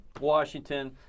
Washington